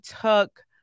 took